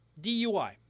DUI